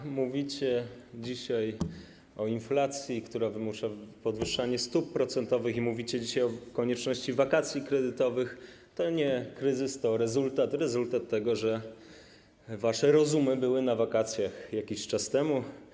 To, że mówicie dzisiaj o inflacji, która wymusza podwyższanie stóp procentowych, że mówicie dzisiaj o konieczności wakacji kredytowych, to nie kryzys, ale rezultat, rezultat tego, że wasze rozumy były na wakacjach jakiś czas temu.